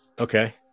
Okay